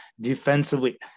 defensively